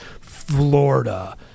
Florida